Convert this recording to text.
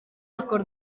agor